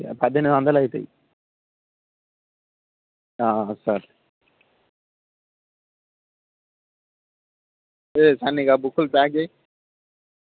పద్దెనిమిది వందలు అవుతాయి సరే ఏ సన్నగా ఆ బుక్కులు ప్యాక్ చేయి